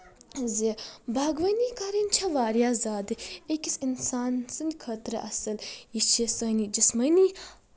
زِ باغبٲنی کرٕنۍ چھےٚ واریاہ زیادٕ أکِس اِنسان سٕنٛدۍ خٲطرٕ اَصٕل یہِ چھِ سانہِ جسمٲنی